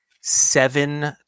seven